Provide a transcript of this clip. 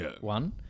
one